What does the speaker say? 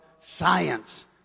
science